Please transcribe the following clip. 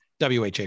WHA